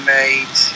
made